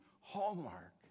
Hallmark